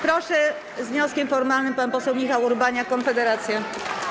Proszę, z wnioskiem formalnym pan poseł Michał Urbaniak, Konfederacja.